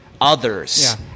others